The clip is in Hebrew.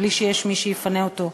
בלי שיש מי שיפנה אותו,